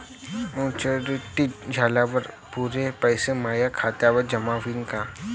Maturity झाल्यावर पुरे पैसे माया खात्यावर जमा होईन का?